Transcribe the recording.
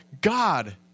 God